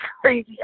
crazy